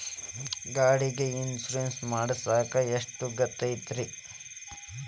ಗಾಡಿಗೆ ಇನ್ಶೂರೆನ್ಸ್ ಮಾಡಸಾಕ ಎಷ್ಟಾಗತೈತ್ರಿ?